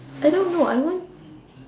I don't know I want